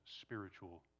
spiritual